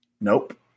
Nope